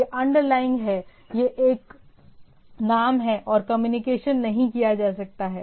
यह अंडरलाइनग है यह एक नाम है और कम्युनिकेशन नहीं किया जा सकता है